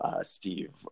Steve